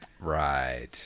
Right